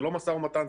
זה לא משא ומתן,